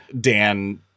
Dan